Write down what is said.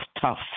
tough